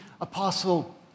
apostle